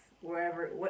Wherever